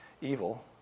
evil